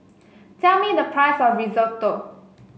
tell me the price of Risotto